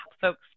folks